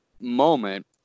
moment